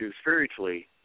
spiritually